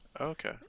Okay